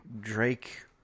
Drake